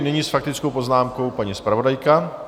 Nyní s faktickou poznámkou paní zpravodajka.